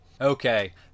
Okay